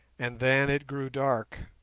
and then it grew dark,